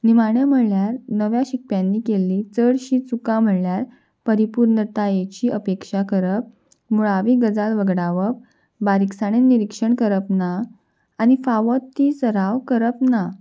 निमाणें म्हण्यार नव्या शिकप्यांनी केल्ली चडशीं चुकां म्हणल्यार परिपूर्णतायेची अपेक्षा करप मुळावी गजाल वगडावप बारीकसाणेन निरीक्षण करप ना आनी फावो ती सराव करप ना